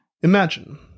Imagine